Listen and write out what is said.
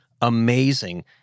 amazing